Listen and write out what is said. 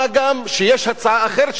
מה גם שיש הצעה אחרת,